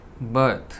birth